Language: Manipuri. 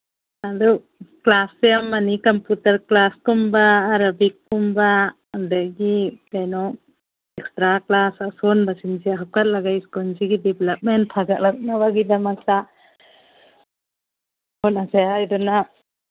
ꯑꯗꯨ ꯀ꯭ꯂꯥꯁꯁꯦ ꯑꯃ ꯑꯅꯤ ꯀꯝꯄꯨꯇꯔ ꯀ꯭ꯂꯥꯁꯀꯨꯝꯕ ꯑꯔꯕꯤꯛꯀꯨꯝꯕ ꯑꯗꯒꯤ ꯀꯩꯅꯣ ꯑꯦꯛꯁꯇ꯭ꯔꯥ ꯀ꯭ꯂꯥꯁ ꯑꯁꯣꯟꯕꯁꯤꯡꯁꯦ ꯍꯥꯞꯀꯠꯂꯒ ꯁ꯭ꯀꯨꯜꯁꯤꯒꯤ ꯗꯤꯕ꯭ꯂꯞꯃꯦꯟ ꯐꯒꯠꯂꯛꯅꯕꯒꯤꯗꯃꯛꯇ ꯍꯣꯠꯅꯁꯦ ꯍꯥꯏꯗꯅ